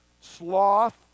sloth